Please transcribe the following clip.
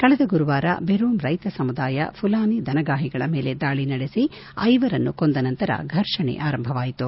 ಕಳೆದ ಗುರುವಾರ ಬೆರೋಮ್ ರೈತ ಸಮುದಾಯ ಘುಲಾನಿ ದನಗಾಹಿಗಳ ಮೇಲೆ ದಾಳಿ ನಡೆಸಿ ಐವರನ್ನು ಕೊಂದ ನಂತರ ಫರ್ಷಣೆ ಆರಂಭವಾಯಿತು